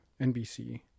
NBC